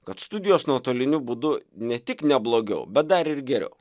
kad studijos nuotoliniu būdu ne tik neblogiau bet dar ir geriau